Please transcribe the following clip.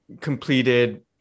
completed